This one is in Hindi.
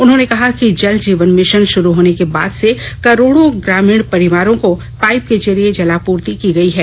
उन्होंने कहा कि जल जीवन मिशन शुरू होने के बाद से करोड़ों ग्रामीण परिवारों को पाईप के जरिए जलापूर्ति की गई है